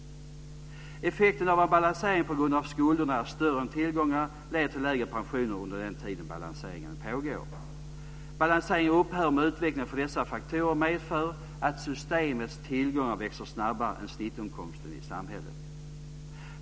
Effekten av en balansering på grund av att skulderna är större än tillgångarna leder till lägre pensioner under den tid balanseringen pågår. Balanseringen upphör om utvecklingen av dessa faktorer medför att systemets tillgångar växer snabbare än snittinkomsten i samhället.